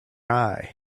eye